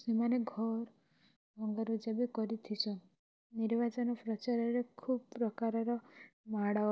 ସେମାନେ ଘର୍ ଭଙ୍ଗରୁଜା ବି କରିଥିସନ୍ ନିର୍ବାଚନ ପ୍ରଚାରରେ ଖୁବ୍ ପ୍ରକାରର ମାଡ଼